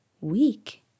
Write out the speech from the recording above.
week